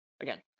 Again